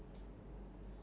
mmhmm